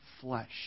flesh